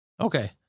Okay